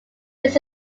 this